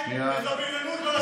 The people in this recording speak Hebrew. וזאת בריונות לא להעביר תקציב.